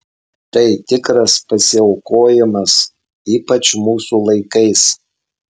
tai tikras pasiaukojimas ypač mūsų laikais